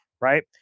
right